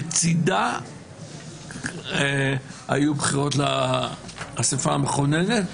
בצידה היו בחירות לאסיפה המכוננת,